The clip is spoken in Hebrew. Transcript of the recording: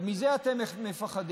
ומזה אתם מפחדים.